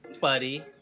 Buddy